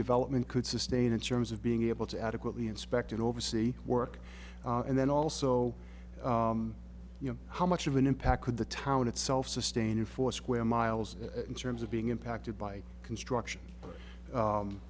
development could sustain its terms of being able to adequately inspected oversee work and then also you know how much of an impact could the town itself sustain a four square miles in terms of being impacted by construction